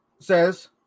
says